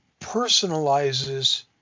personalizes